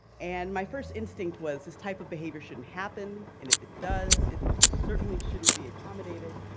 and my first instinct was this type of behavior shouldn't happen, and if it does, it most certainly shouldn't be accommodated.